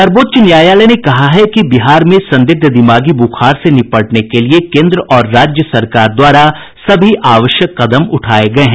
सर्वोच्च न्यायालय ने कहा है कि बिहार में संदिग्ध दिमागी बुखार से निपटने के लिये केंद्र और राज्य सरकार द्वारा सभी आवश्यक कदम उठाये गये हैं